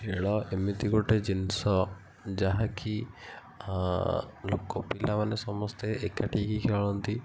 ଖେଳ ଏମିତି ଗୋଟେ ଜିନିଷ ଯାହାକି ଲୋକ ପିଲାମାନେ ସମସ୍ତେ ଏକାଠି ହେଇକି ଖେଳନ୍ତି